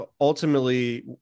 ultimately